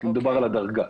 כי מדובר על הדרגה.